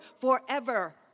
forever